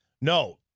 No